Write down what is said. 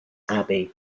abbey